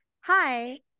hi